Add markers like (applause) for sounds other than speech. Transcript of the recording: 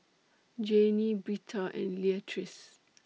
Janie Britta and Leatrice (noise)